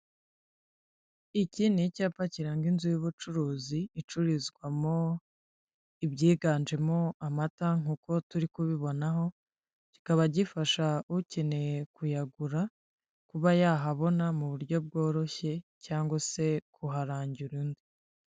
Iki ni icyapa kiranga inzu y'ubucuruzi icururizwamo ibyiganjemo amata nkuko turi kubibonaho ; kikaba gifasha ukeneye kuyagura kuba yahabona mu buryo bworoshye cyangwa se kuharangira undi.